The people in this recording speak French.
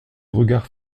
regards